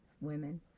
women